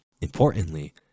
Importantly